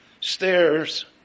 stairs